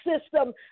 system